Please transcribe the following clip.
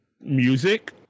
music